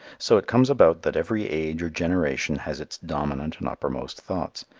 so it comes about that every age or generation has its dominant and uppermost thoughts,